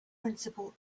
principle